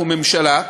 אנחנו ממשלה.